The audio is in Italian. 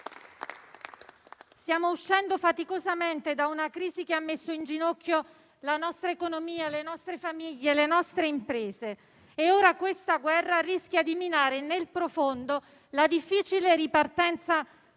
Stiamo uscendo faticosamente da una crisi che ha messo in ginocchio la nostra economia, le nostre famiglie, le nostre imprese. E ora questa guerra rischia di minare nel profondo la difficile ripartenza